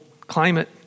climate